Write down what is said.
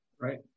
Right